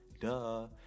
Duh